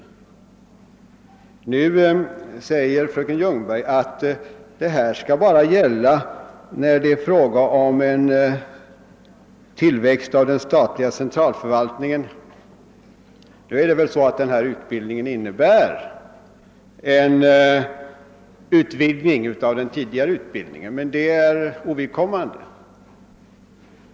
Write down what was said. Fröken Ljungberg sade att en lokalisering utanför huvudstadsregionen bara skulle komma i fråga när det gällde en tillväxt av den statliga centralförvaltningen. Denna utbildning innebär ju en utvidgning av den tidigare utbildningen. Detta är emellertid ovidkommande.